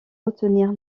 retenir